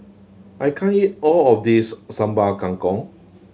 I can't eat all of this Sambal Kangkong